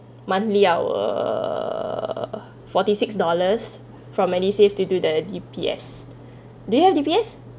monthly our err forty six dollars from MediSave to do the D_P_S do you have D_P_S